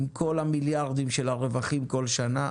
עם כל המיליארדים של הרווחים כל שנה,